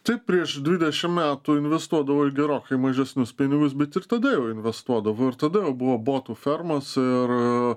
tai prieš dvidešim metų investuodavo į gerokai mažesnius pinigus bet ir tada jau investuodavo ir tada jau buvo botų fermos ir